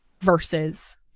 versus